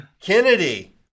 Kennedy